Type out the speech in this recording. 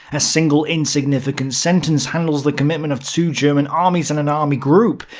a single insignificant sentence handles the commitment of two german armies and an army group.